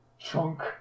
Chunk